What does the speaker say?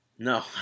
No